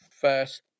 first